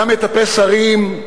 היה מטפס הרים,